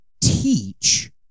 teach